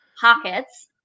pockets